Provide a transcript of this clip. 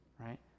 right